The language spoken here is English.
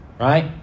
right